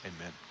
Amen